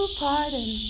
pardon